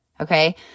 Okay